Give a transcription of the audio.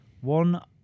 One